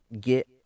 get